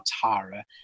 Tara